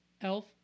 elf